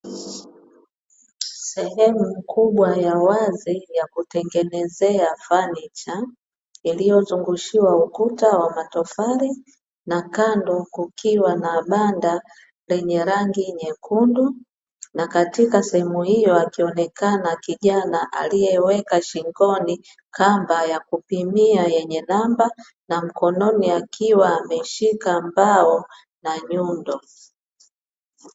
Sehemu kubwa ya wazi ya kutengenezea fanicha, iliyozungushiwa ukuta wa matofali, na kando kukiwa na banda lenye rangi nyekundu, na katika sehemu hiyo akionekana kijana aliyeweka shingoni kamba ya kupimia yenye namba na mkononi akiwa ameshika mbao na nyundo.